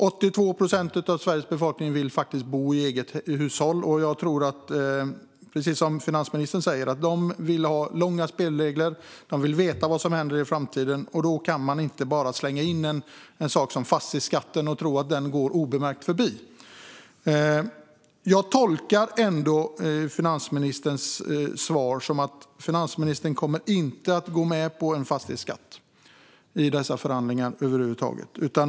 82 procent av Sveriges befolkning vill bo i ett eget hem som de själva äger, och jag tror att det är precis som finansministern säger: De vill ha långsiktiga spelregler, och de vill veta vad som händer i framtiden. Då kan man inte bara slänga in en sak som fastighetsskatten och tro att den går obemärkt förbi. Jag tolkar ändå finansministerns svar som att hon inte kommer att gå med på en fastighetsskatt i dessa förhandlingar över huvud taget.